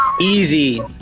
easy